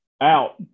out